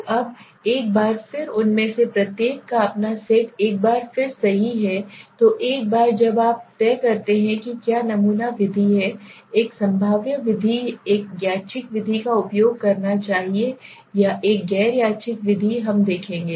तो अब एक बार फिर उनमें से प्रत्येक का अपना सेट एक बार सही है तो एक बार जब आप तय करते हैं कि क्या नमूना विधि है एक संभाव्य विधि एक यादृच्छिक विधि का उपयोग करना चाहिए या एक गैर यादृच्छिक विधि हम देखेंगे